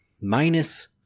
minus